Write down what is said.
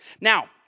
Now